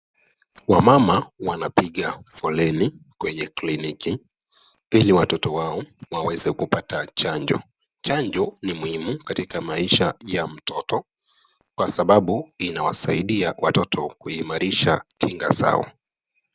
Wamama wanapiga foleni kwenye Kliniki ili watoto wao waweze kupata chanjo, chanjo ni muhimu katika maisha ya mtoto kwa sababu inawasaidia watoto kuimarisha kinga zao.